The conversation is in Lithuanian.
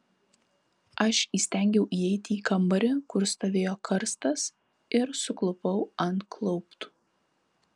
aš įstengiau įeiti į kambarį kur stovėjo karstas ir suklupau ant klauptų